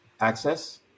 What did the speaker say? access